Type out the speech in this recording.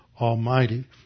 Almighty